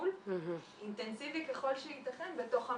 טיפול אינטנסיבי ככל שייתכן בתוך המרכזים.